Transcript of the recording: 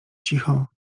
cicho